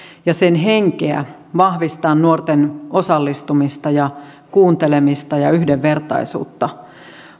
ja sen henkeä vahvistaa nuorten osallistumista kuuntelemista ja yhdenvertaisuutta